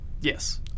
Yes